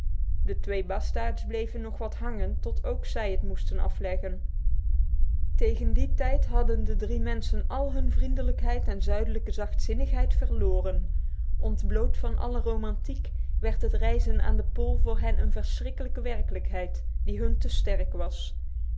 de twee bastaards bleven nog wat hangen tot ook zij het moesten afleggen tegen die tijd hadden de drie mensen al hun vriendelijkheid en zuidelijke zachtzinnigheid verloren ontbloot van alle romantiek werd het reizen aan de pool voor hen een schrille werkelijkheid die hun te sterk was